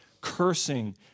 cursing